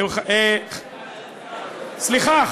סליחה,